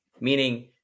meaning